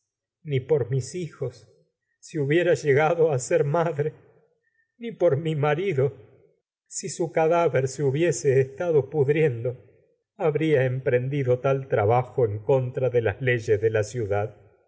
ni por por mis hijos si hubiera llega su ser madre ni mi marido si cadáver se hu biese estado de pudriendo habría emprendido tal trabajo las en contra leyes de la ciudad